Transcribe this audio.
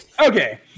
Okay